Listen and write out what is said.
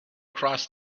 across